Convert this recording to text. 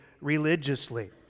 religiously